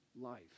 life